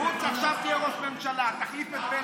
רוץ, עכשיו תהיה ראש ממשלה, תחליף את בנט.